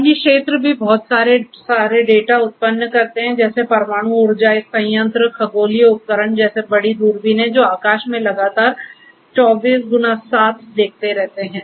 अन्य क्षेत्र भी बहुत सारे डेटा उत्पन्न करते हैं जैसे परमाणु ऊर्जा संयंत्र खगोलीय उपकरण जैसे बड़ी दूरबीनें जो आकाश में लगातार 24x7 देखते हैं